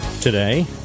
today